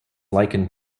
likened